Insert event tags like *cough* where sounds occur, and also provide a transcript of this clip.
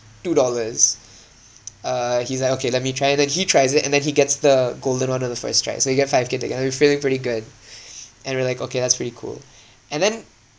two dollars uh he's like okay let me try then he tries it and then he gets the golden one on the first try so we get five K ticket and we're feeling pretty good *breath* and we're like okay that's pretty cool and then